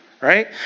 right